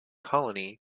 colony